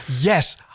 Yes